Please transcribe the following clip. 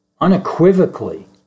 unequivocally